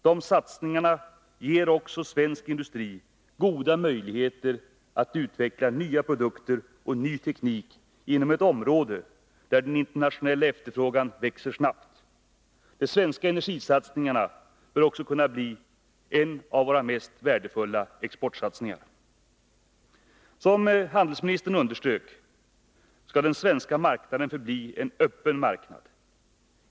De satsningarna ger också svensk industri goda möjligheter att utveckla nya produkter och ny teknik inom ett område där den internationella efterfrågan växer snabbt. De svenska energisatsningarna bör också kunna bli en av våra mest värdefulla exportsatsningar. Som handelsministern underströk, skall den svenska marknaden förbli en öppen marknad.